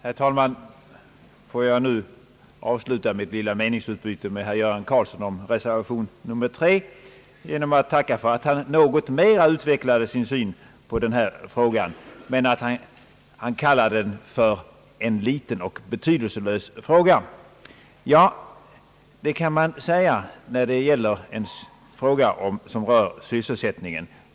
Herr talman! Får jag avsluta mitt lilla meningsutbyte med herr Göran Karlsson om reservation III genom att tacka för att han något mera utvecklade sin syn på den här frågan, fastän han kallade den liten och betydelselös. Ja, så säger man alltså när det gäller en fråga som rör sysselsättningen.